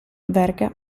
verga